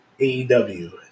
AEW